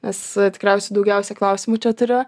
nes tikriausiai daugiausiai klausimų čia turiu